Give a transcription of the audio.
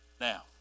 Now